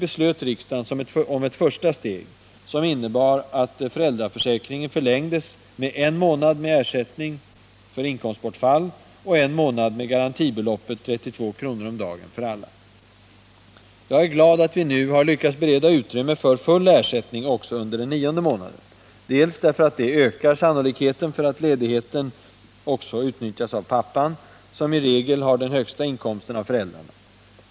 1977 beslöt riksdagen om ett första steg, Jag är glad att vi nu har lyckats bereda utrymme för full ersättning också under den nionde månaden. Dels därför att det ökar sannolikheten för att ledigheten också utnyttjas av pappan, som i regel har den högsta inkomsten av föräldrarna.